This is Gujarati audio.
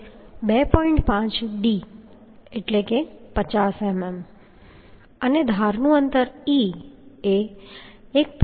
5d એટલે કે 50 mm છે અને ધારનું અંતર e એ 1